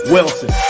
Wilson